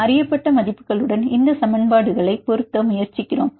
அறியப்பட்ட மதிப்புகளுடன் இந்த சமன்பாடுகளை பொருத்த முயற்சிக்கிறோம்